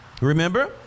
Remember